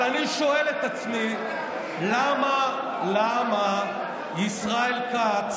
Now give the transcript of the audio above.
אבל אני שואל את עצמי למה ישראל כץ